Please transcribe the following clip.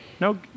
No